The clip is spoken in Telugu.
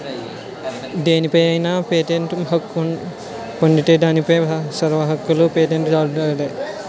దేనిపై అయినా పేటెంట్ హక్కు పొందితే దానిపై సర్వ హక్కులూ పేటెంట్ దారుడివే